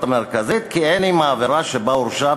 המרכזית כי אין עם העבירה שבה הורשע,